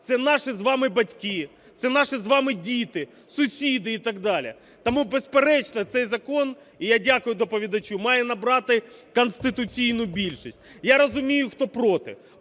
Це наші з вами батьки, це наші з вами діти, сусіди і так далі. Тому, безперечно, цей закон, і я дякую доповідачу, має набрати конституційну більшість. Я розумію, хто проти.